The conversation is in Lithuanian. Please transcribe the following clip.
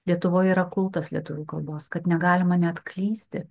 lietuvoje yra kultas lietuvių kalbos kad negalima net klysti